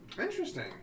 Interesting